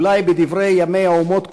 אולי בדברי ימי האומות כולן,